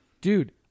dude